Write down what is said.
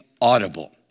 audible